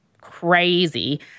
crazy